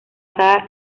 basada